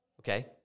okay